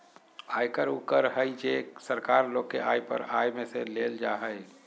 आयकर उ कर हइ जे सरकार लोग के आय पर आय में से लेल जा हइ